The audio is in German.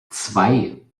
zwei